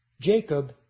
Jacob